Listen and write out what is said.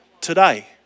today